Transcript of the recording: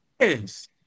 Yes